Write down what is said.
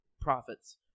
profits